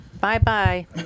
Bye-bye